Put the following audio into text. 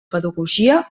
pedagogia